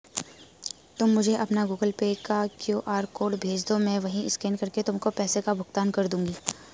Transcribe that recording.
तुम मुझे अपना गूगल पे का क्यू.आर कोड भेजदो, मैं वहीं स्कैन करके तुमको पैसों का भुगतान कर दूंगी